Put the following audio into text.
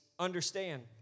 understand